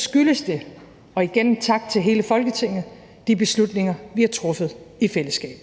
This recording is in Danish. skyldes det – og igen tak til hele Folketinget – de beslutninger, vi har truffet i fællesskab.